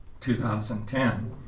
2010